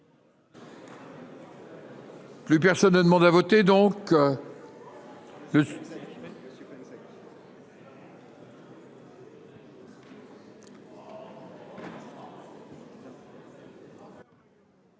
Plus personne ne demande à voter donc.